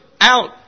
out